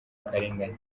akarengane